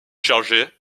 chargée